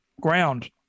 ground